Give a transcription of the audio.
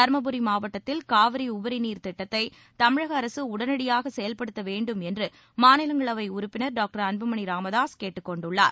தருமபுரி மாவட்டத்தில் காவிரி உபரி நீர் திட்டத்தை தமிழக அரசு உடனடியாக செயல்படுத்த வேண்டும் என்று மாநிலங்களவை உறுப்பினர் டாக்டர் அன்புமணி ராமதாஸ் கேட்டுக்கொண்டுள்ளார்